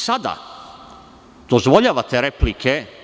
Sada dozvoljavate replike.